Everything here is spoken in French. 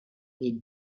les